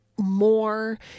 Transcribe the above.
more